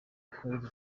akayezu